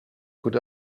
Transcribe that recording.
good